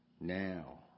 Now